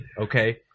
okay